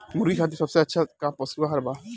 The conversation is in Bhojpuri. मुर्गा खातिर सबसे अच्छा का पशु आहार बा?